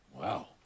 Wow